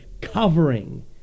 covering